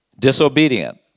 disobedient